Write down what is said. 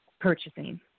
purchasing